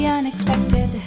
unexpected